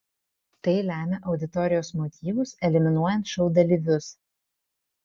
tai lemia auditorijos motyvus eliminuojant šou dalyvius